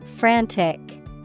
Frantic